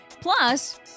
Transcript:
Plus